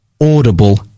audible